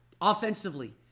Offensively